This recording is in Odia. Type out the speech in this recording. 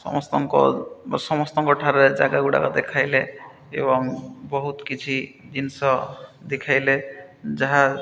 ସମସ୍ତଙ୍କ ସମସ୍ତଙ୍କଠାରେ ଜାଗାଗୁଡ଼ାକ ଦେଖାଇଲେ ଏବଂ ବହୁତ କିଛି ଜିନିଷ ଦେଖେଇଲେ ଯାହା